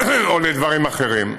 או לדברים אחרים.